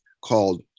called